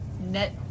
net